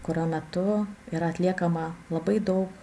kurio metu yra atliekama labai daug